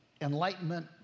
enlightenment